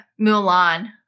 Mulan